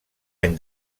any